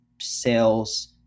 sales